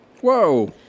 Whoa